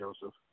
Joseph